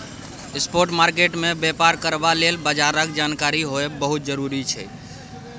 spot market मे बेपार करबा लेल बजारक जानकारी होएब बहुत जरूरी छै